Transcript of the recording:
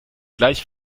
gleich